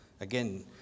Again